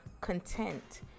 content